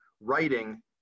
writing